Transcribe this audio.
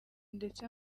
ndetse